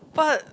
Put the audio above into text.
but